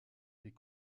des